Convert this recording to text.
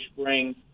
spring